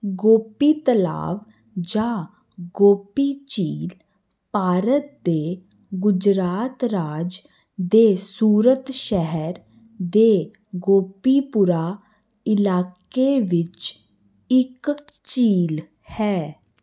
ਗੋਪੀ ਤਲਾਵ ਜਾਂ ਗੋਪੀ ਝੀਲ ਭਾਰਤ ਦੇ ਗੁਜਰਾਤ ਰਾਜ ਦੇ ਸੂਰਤ ਸ਼ਹਿਰ ਦੇ ਗੋਪੀਪੁਰਾ ਇਲਾਕੇ ਵਿੱਚ ਇੱਕ ਝੀਲ ਹੈ